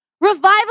Revival